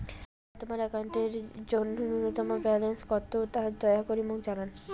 মোর বর্তমান অ্যাকাউন্টের জন্য ন্যূনতম ব্যালেন্স কত তা দয়া করি মোক জানান